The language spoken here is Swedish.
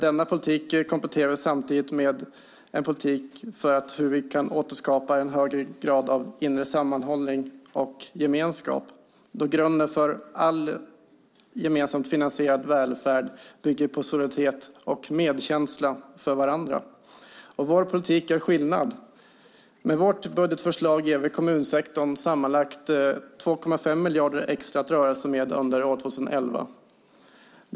Denna politik kompletterar vi samtidigt med en politik för hur vi kan återskapa en högre grad av inre sammanhållning och gemenskap, eftersom grunden för all gemensamt finansierad välfärd bygger på solidaritet och medkänsla för varandra. Vår politik gör skillnad. Med vårt budgetförslag ger vi kommunsektorn sammanlagt 2,5 miljarder extra att röra sig med under 2011.